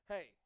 Hey